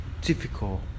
difficult